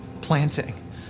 planting